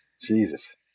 Jesus